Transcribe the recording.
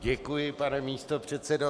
Děkuji, pane místopředsedo.